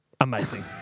Amazing